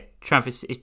Travis